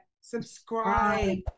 subscribe